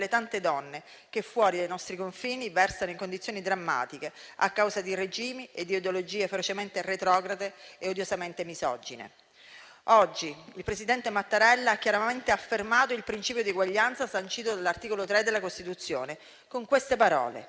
Oggi il presidente Mattarella ha chiaramente affermato il principio di eguaglianza sancito dall'articolo 3 della Costituzione con queste parole: